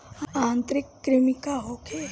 आंतरिक कृमि का होखे?